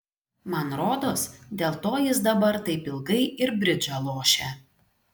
man rodos dėl to jis dabar taip ilgai ir bridžą lošia